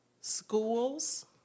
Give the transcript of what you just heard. Schools